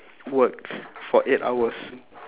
work for eight hours